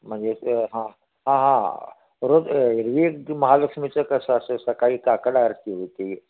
म्हणजे हां हां हां रोज एरव्ही महालक्ष्मीचं कसं असं सकाळी काकड आरती होती